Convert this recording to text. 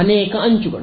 ಅನೇಕ ಅಂಚುಗಳು